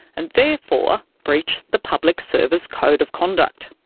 and therefore breach the public service code of conduct.